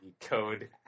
code